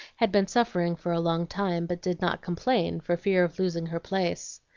had been suffering for a long time, but did not complain for fear of losing her place.